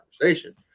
conversation